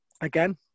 again